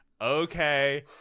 Okay